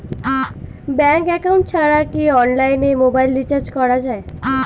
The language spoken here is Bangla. ব্যাংক একাউন্ট ছাড়া কি অনলাইনে মোবাইল রিচার্জ করা যায়?